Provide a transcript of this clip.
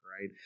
right